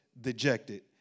dejected